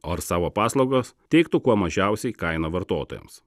o ar savo paslaugos teiktų kuo mažiausiai kainą vartotojams